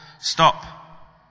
stop